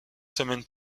semaines